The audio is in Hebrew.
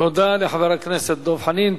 תודה לחבר הכנסת דב חנין.